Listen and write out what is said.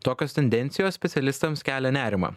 tokios tendencijos specialistams kelia nerimą